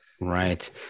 Right